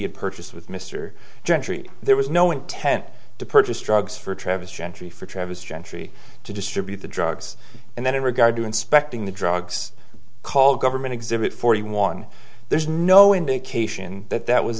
had purchased with mr gentry there was no intent to purchase drugs for travis gentry for travis gentry to distribute the drugs and then in regard to inspecting the drugs called government exhibit forty one there's no indication that that was